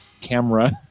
camera